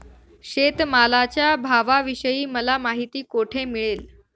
शेतमालाच्या भावाविषयी मला माहिती कोठे मिळेल?